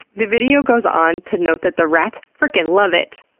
the video goes on to note that the rats frickin' love it.